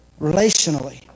Relationally